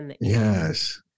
Yes